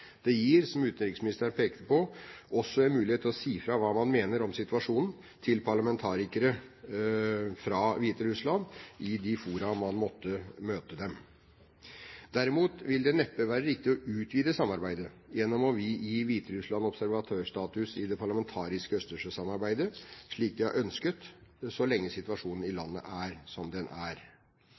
Det gir, som utenriksministeren pekte på, også en mulighet til å si fra hva man mener om situasjonen til parlamentarikere fra Hviterussland i de fora man måtte møte dem. Derimot vil det neppe være riktig å utvide samarbeidet gjennom å gi Hviterussland observatørstatus i det parlamentariske østersjøsamarbeidet, slik de har ønsket, så lenge situasjonen i landet er som den er.